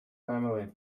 family